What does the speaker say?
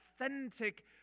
authentic